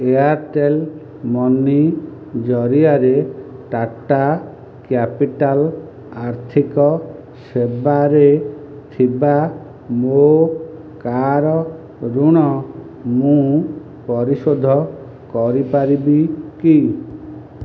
Airtel money ଜରିଆରେ Tata capital ଆର୍ଥିକ ସେବାରେ ଥିବା ମୋ କାର୍ ଋଣ ମୁଁ ପରିଶୋଧ କରିପାରିବି କି